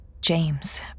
James